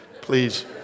Please